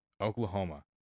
Oklahoma